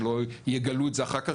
שלא יגלו את זה אחר כך,